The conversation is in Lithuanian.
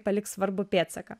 paliks svarbų pėdsaką